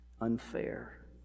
unfair